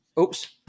Oops